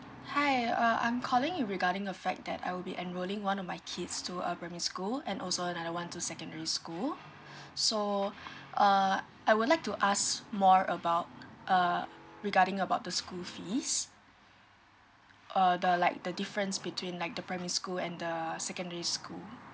hi uh I'm calling regarding a fact that I will be enrolling one of my kids to a primary school and also another one to secondary school so err I would like to ask more about err regarding about the school fees uh the like the difference between like the primary school and the secondary school